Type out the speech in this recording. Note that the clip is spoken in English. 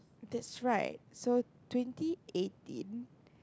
that's right so twenty eighteen